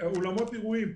אולמות אירועים,